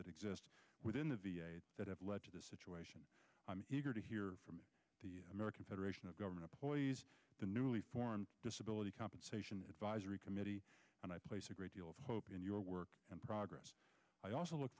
that exist within the v a that have led to the situation i'm eager to hear from the american federation of government employees the newly formed disability compensation advisory committee and i place a great deal of hope in your work and progress i also look